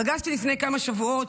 פגשתי לפני כמה שבועות,